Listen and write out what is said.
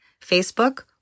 Facebook